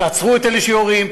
תעצרו את אלה שיורים,